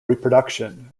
reproduction